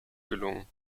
gelungen